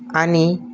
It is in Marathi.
आणि